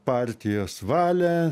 partijos valią